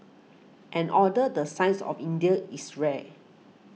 an order the size of India's is rare